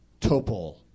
Topol